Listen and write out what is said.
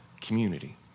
community